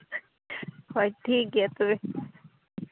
ᱦᱳᱭ ᱴᱷᱤᱠ ᱜᱮᱭᱟ ᱛᱚᱵᱮ